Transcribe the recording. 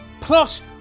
Plus